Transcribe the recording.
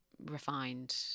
refined